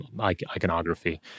iconography